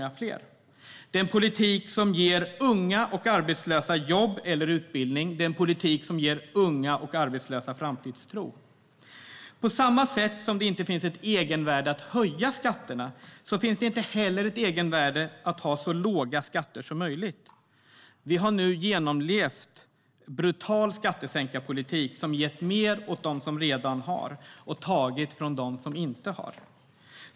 Det är en politik som ger unga och arbetslösa jobb eller utbildning. Det är en politik som ger unga och arbetslösa framtidstro. På samma sätt som det inte finns ett egenvärde i att höja skatterna finns det inte heller ett egenvärde i att ha så låga skatter som möjligt. Vi har nu genomlevt en brutal skattesänkarpolitik som gett mer åt dem som redan har och tagit från dem som inte har.